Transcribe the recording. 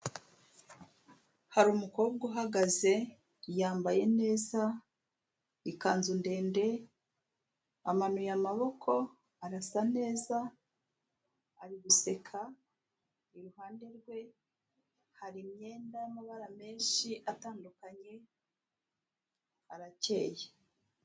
Hari umukobwa uhagaze, yambaye neza ikanzu ndende, amanuye amaboko, arasa neza ari guseka; iruhande rwe hari imyenda y'amabara menshi atandukanye, arakeye.